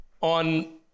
on